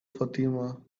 fatima